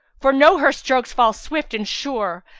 for know her strokes fall swift and sure,